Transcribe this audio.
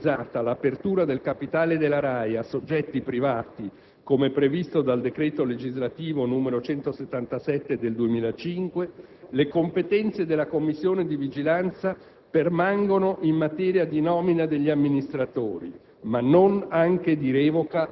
Non essendosi a oggi realizzata l'apertura del capitale della RAI a soggetti privati, come previsto dal decreto legislativo n. 177 del 2005, le competenze della Commissione di vigilanza permangono in materia di nomina degli amministratori,